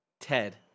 Ted